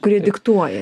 kurie diktuoja